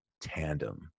tandem